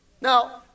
Now